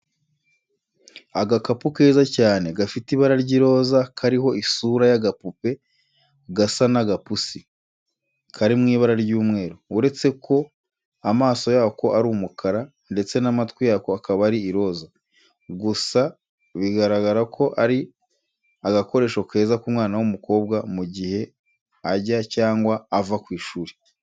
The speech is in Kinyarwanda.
Agakapu keza cyane gafite ibara ry'iroza kariho isura y'agapupe gasa n'agapusi, kari mu ibara ry'umweru uretse ko amaso yako ari umukara ndetse n'amatwi yako akab ari iroza, gusa bigaragara ko ari agakoresho keza ku mwana w'umukobwa mu gihe ajya cyangwa ava ku ishuri.